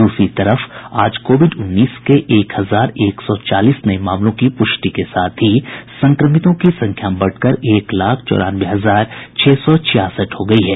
दूसरी तरफ आज कोविड उन्नीस के एक हजार एक सौ चालीस नये मामलों की पुष्टि के साथ ही संक्रमितों की संख्या बढ़कर एक लाख चौरानवे हजार छह सौ छियासठ हो गयी है